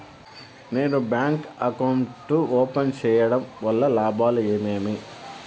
నేను bank account open సేయడం వల్ల లాభాలు ఏమేమి?